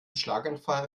schlaganfall